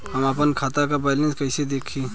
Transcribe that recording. हम आपन खाता क बैलेंस कईसे देखी?